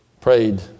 prayed